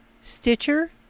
Stitcher